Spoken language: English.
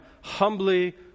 humbly